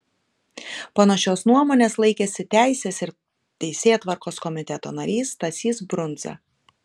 panašios nuomonės laikėsi teisės ir teisėtvarkos komiteto narys stasys brundza